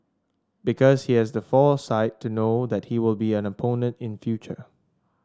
because he has the foresight to know that he will be an opponent in future